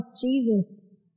Jesus